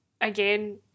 again